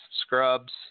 scrubs